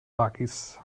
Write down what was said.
waggis